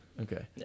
Okay